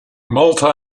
multi